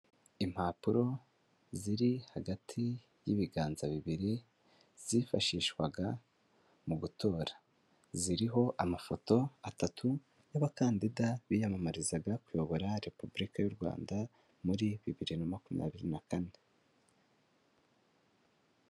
Impapuro ziri hagati y'ibiganza bibiri, zifashishwaga mu gutora, ziriho amafoto atatu y'abakandida, biyamamarizaga kuyobora repubulika y'u Rwanda ; muri bibiri na makumyabiri na kane.